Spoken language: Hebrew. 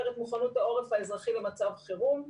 את מוכנות העורף האזרחי למצב חירום.